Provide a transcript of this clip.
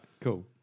cool